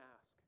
ask